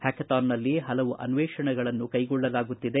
ಹ್ವಾಕಥಾನ್ನಲ್ಲಿ ಹಲವು ಅನ್ವೇಷಣೆಗಳನ್ನು ಕೈಗೊಳ್ಳಲಾಗುತ್ತಿದೆ